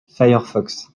firefox